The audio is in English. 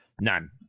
None